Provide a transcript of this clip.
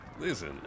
Listen